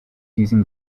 using